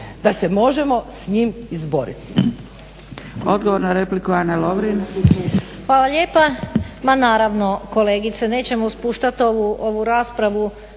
da se možemo s njim izboriti.